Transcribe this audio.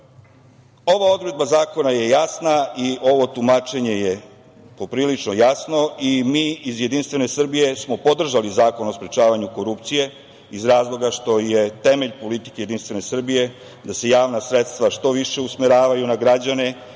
odredba zakona je jasna i ovo tumačenje po prilično jasno i mi iz JS smo podržali Zakon o sprečavanju korupcije iz razloga što je temelj politike JS da se javna sredstva što više usmeravaju na građane i da